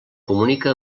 comunica